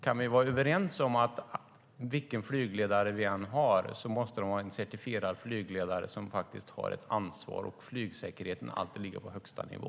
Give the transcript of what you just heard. Kan vi vara överens om att vilken flygledare vi än har måste det vara en certifierad flygledare som faktiskt har ett ansvar, och flygsäkerheten måste alltid ligga på högsta nivå?